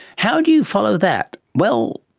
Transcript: how do you follow that? well,